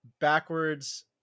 backwards